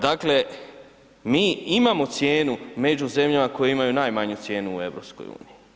Dakle mi imamo cijenu među zemljama koje imaju najmanju cijenu u EU.